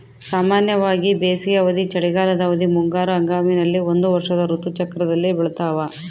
ಸಾಮಾನ್ಯವಾಗಿ ಬೇಸಿಗೆ ಅವಧಿ, ಚಳಿಗಾಲದ ಅವಧಿ, ಮುಂಗಾರು ಹಂಗಾಮಿನಲ್ಲಿ ಒಂದು ವರ್ಷದ ಋತು ಚಕ್ರದಲ್ಲಿ ಬೆಳ್ತಾವ